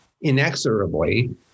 inexorably